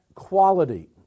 quality